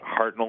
Hartnell